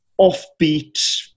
offbeat